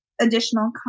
additional